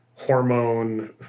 Hormone